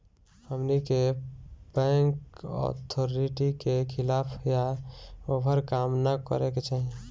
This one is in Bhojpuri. हमनी के बैंक अथॉरिटी के खिलाफ या ओभर काम न करे के चाही